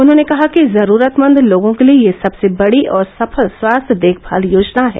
उन्होंने कहा कि जरूरतमंद लोगों के लिए यह सबसे बडी और सफल स्वास्थ्य देखभाल योजना है